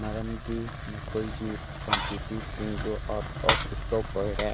ꯃꯔꯝꯗꯤ ꯃꯈꯣꯏꯒꯤ ꯀ꯭ꯋꯥꯟꯇꯤꯇꯤꯁꯤꯡꯗꯨ ꯑꯥꯎꯠ ꯑꯣꯐ ꯏꯁꯇꯣꯛ ꯑꯣꯏꯔꯦ